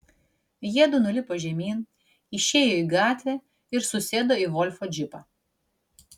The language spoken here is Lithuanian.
jiedu nulipo žemyn išėjo į gatvę ir susėdo į volfo džipą